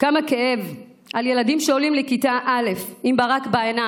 כמה כאב על ילדים שעולים לכיתה א' עם ברק בעיניים,